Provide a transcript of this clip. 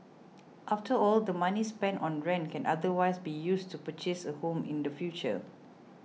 after all the money spent on rent can otherwise be used to purchase a home in the future